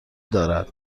دارد